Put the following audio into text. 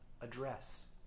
address